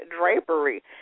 Drapery